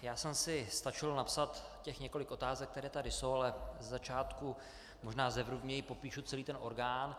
Já jsem si stačil napsat těch několik otázek, které tady jsou, ale ze začátku možná zevrubněji popíšu celý ten orgán.